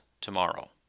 tomorrow